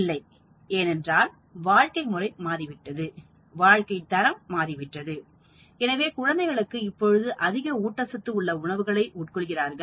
இல்லை ஏனென்றால் வாழ்க்கை முறைமாறிவிட்டது வாழ்க்கைத் தரம் மாறிவிட்டது எனவே குழந்தைகளுக்கு இப்போது அதிக ஊட்டச்சத்து உள்ள உணவுகளை உட்கொள்கிறார்கள்